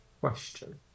question